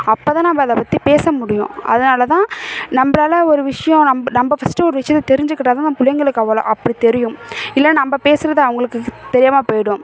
அப்போதான் நம்ம அதை பற்றி பேச முடியும் அதனாலதான் நம்மளால ஒரு விஷயம் நம்ம நம்ம ஃபஸ்ட்டு ஒரு விஷயத்தை தெரிஞ்சிக்கிட்டாதான் நம்ம பிள்ளைங்களுக்கு அவ்வளோ அப்படி தெரியும் இல்லை நம்ம பேசுகிறது அவங்களுக்கு தெரியாமல் போயிடும்